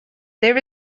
there